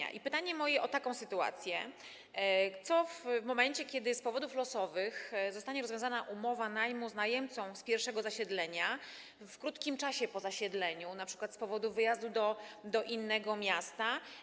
I mam pytanie o taką sytuację: Co w momencie, kiedy z powodów losowych zostanie rozwiązana umowa najmu z najemcą z pierwszego zasiedlenia w krótkim czasie po zasiedleniu, np. z powodu wyjazdu do innego miasta?